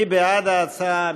מי בעד ההצעה?